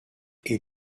est